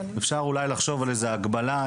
אפשר אולי לחשוב על איזה הגבלה,